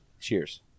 Cheers